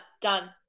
Done